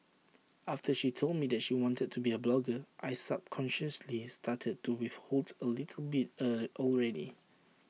after she told me that she wanted to be A blogger I subconsciously started to withhold A little bit A already